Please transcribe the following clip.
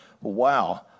wow